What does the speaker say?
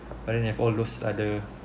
I didn't have all those other